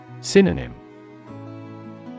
Synonym